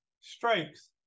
Strikes